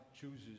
chooses